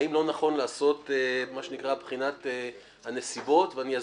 האם לא נכון לעשות בחינת הנסיבות, ואני אסביר.